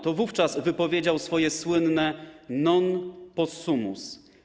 To wówczas wypowiedział swoje słynne: Non possumus.